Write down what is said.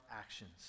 actions